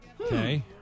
Okay